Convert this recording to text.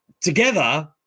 together